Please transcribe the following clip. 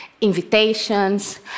Invitations